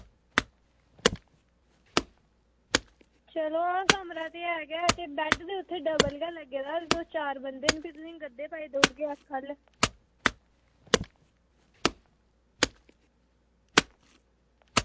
चलो कमरा ते ऐ गै बैड डबल लग्गे दा ते भी तुस चार बंदे न ते भी तुसेंगी गद्दे पाई देई ओड़गे अस ख'ल्ल